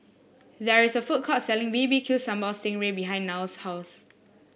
there is a food court selling B B Q Sambal Sting Ray behind Nile's house